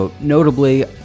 Notably